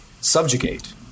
subjugate